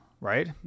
right